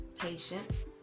patience